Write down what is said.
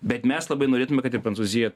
bet mes labai norėtume kad ir prancūzija